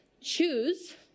choose